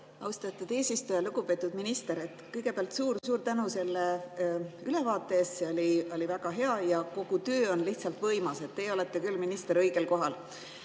Austatud eesistuja! Lugupeetud minister! Kõigepealt suur-suur tänu selle ülevaate eest! See oli väga hea ja kogu töö on lihtsalt võimas. Teie olete küll minister õigel kohal.